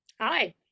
Hi